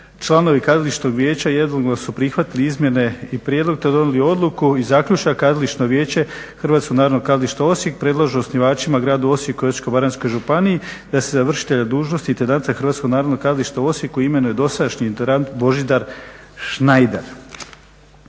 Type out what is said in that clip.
članovi Kazališnog vijeća jednoglasno su prihvatili izmjene i prijedlog, te donijeli odluku i zaključak Kazališno vijeće Hrvatskog narodnog kazališta Osijek predlažu osnivačima gradu Osijeku i Osječko-baranjskoj županiji za se za vršitelja dužnosti intendanta Hrvatskog narodno kazališta u Osijeku imenuje dosadašnji intendant Božidar Schneider.